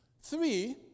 Three